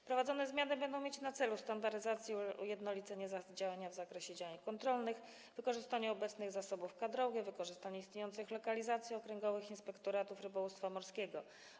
Wprowadzone zmiany będą mieć na celu standaryzację i ujednolicenie działania w zakresie działań kontrolnych, wykorzystanie obecnych zasobów kadrowych, wykorzystanie istniejących lokalizacji okręgowych inspektoratów rybołówstwa morskiego.